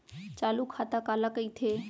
चालू खाता काला कहिथे?